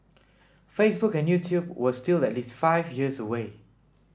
Facebook and YouTube were still at least five years away